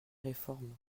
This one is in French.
réforme